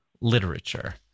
literature